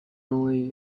only